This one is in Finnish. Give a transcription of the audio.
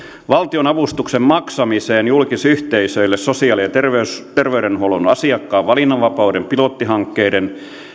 valtionavustuksen maksamiseen julkisyhteisöille sosiaali ja terveydenhuollon asiakkaan valinnanvapauden pilottihankkeiden